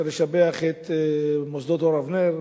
צריך לשבח את מוסדות "אור אבנר",